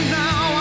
now